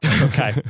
Okay